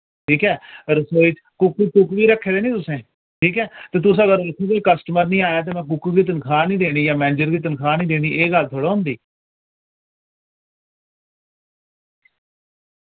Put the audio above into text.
ठीक ऐ रसोई च कुक कुक वि रक्खे दे निं तुसै ठीक ऐ ते तुस अगर उत्थे कोई कस्टमर निं आया ते में कुक गी तनखा निं देनी यां मैनेजर गी तनखा निं देनी एह् गल्ल थोह्ड़ा होंदी